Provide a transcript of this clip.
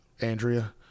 Andrea